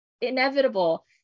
inevitable